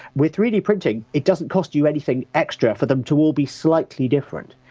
with three d printing it doesn't cost you anything extra for them to all be slightly different.